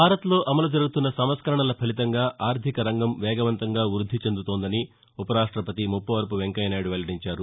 భారత్లో అమలు జరుగుతున్న సంస్కరణల ఫలితంగా ఆర్థికరంగం వేగవంతంగా వృద్ధి చెందుతోందని ఉప రాష్టపతి ముప్పవరపు వెంకయ్యనాయుడు వెల్లడించారు